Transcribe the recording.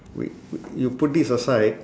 we we you put this aside